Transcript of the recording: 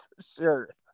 Sure